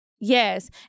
Yes